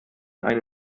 eine